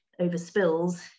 overspills